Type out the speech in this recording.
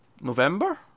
November